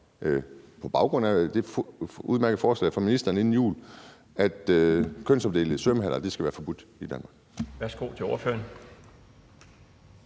på baggrund af det udmærkede forslag fra ministeren inden jul at sikre, at kønsopdelte svømmehaller skal være forbudt i Danmark?